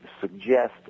suggest